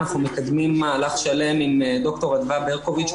אנחנו מקדמים מהלך שלם עם ד"ר אדווה ברקוביץ,